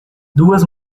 duas